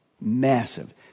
massive